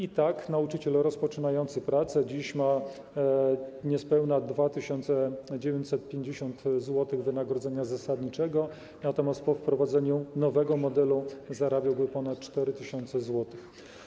I tak, nauczyciel rozpoczynający pracę ma dziś niespełna 2950 zł wynagrodzenia zasadniczego, natomiast po wprowadzeniu nowego modelu zarabiałby ponad 4000 zł.